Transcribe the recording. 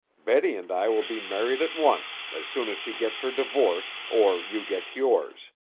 betty and i will be married at once, as soon as she gets her divorce, or you get yours.